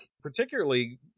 particularly